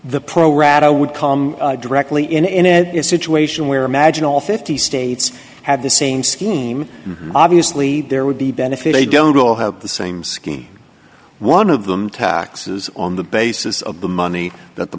the pro rata would come directly in a situation where imagine all fifty states have the same scheme and obviously there would be benefit they don't all have the same scheme one of them taxes on the basis of the money that the